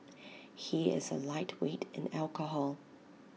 he is A lightweight in alcohol